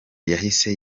yahise